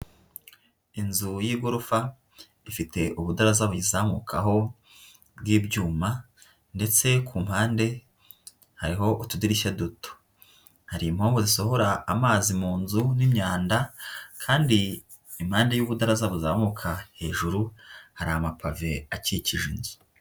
Inzu y'igorofa ifite ubudaraza buyizamukaho bw'ibyuma ndetse ku mpande hariho utudirishya duto, hari impombo zisohora amazi mu nzu n'imyanda kandi impande y'ubudaraza buzamuka hejuru hari amapave akikije inzu.